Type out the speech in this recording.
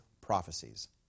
prophecies